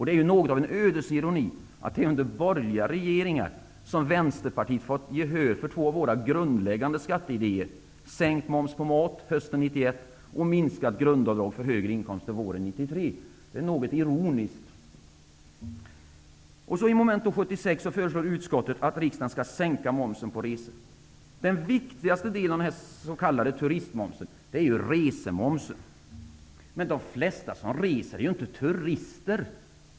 Det är något av ett ödets ironi att det är under borgerliga regeringar som vi i Vänsterpartiet har fått gehör för två av våra grundläggande skatteidéer: sänkt moms på mat hösten 1991 och minskat grundavdrag vid högre inkomster våren 1993. Detta är något ironiskt. I mom. 76 föreslår utskottet att riksdagen skall sänka momsen på resor. Den viktigaste delen i den s.k. turistmomsen är ju resemomsen. Men de flesta som reser är ju inte turister.